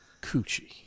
coochie